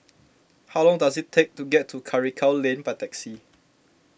how long does it take to get to Karikal Lane by taxi